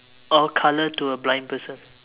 or a colour to a blind person